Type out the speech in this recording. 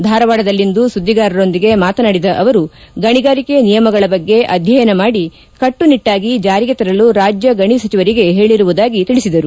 ಧಾರವಾಡದಲ್ಲಿಂದು ಸುದ್ದಿಗಾರರೊಂದಿಗೆ ಮಾತನಾಡಿದ ಅವರು ಗಣಿಗಾರಿಕೆ ನಿಯಮಗಳ ಬಗ್ಗೆ ಅಧ್ಯಯನ ಮಾಡಿ ಕಟ್ಟು ನಿಟ್ಟು ತರಲು ರಾಜ್ಯ ಗಣಿ ಸಚಿವರಿಗೆ ಹೇಳರುವುದಾಗಿ ತಿಳಿಸಿದರು